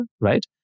right